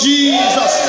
Jesus